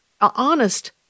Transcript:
honest